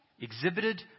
exhibited